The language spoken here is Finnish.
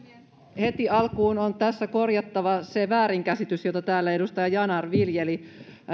heti alkuun on tässä korjattava se väärinkäsitys jota täällä edustaja yanar viljeli